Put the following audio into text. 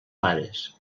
pares